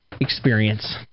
experience